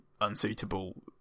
unsuitable